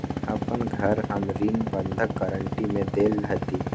अपन घर हम ऋण बंधक गरान्टी में देले हती